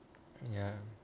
ya